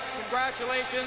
Congratulations